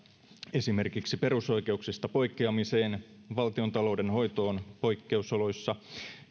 esimerkiksi perusoikeuksista poikkeamiseen valtiontalouden hoitoon poikkeusoloissa